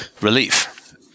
relief